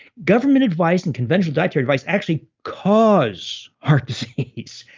government advice and conventional dietary advice actually cause heart disease,